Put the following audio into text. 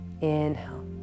inhale